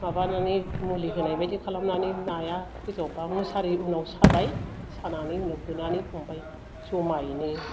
माबानानै मुलि होनायबायदि खालामनानै नाया गोजावबा मुसारि उनाव साबाय सानानै उनाव होनानै हमबाय जमायैनो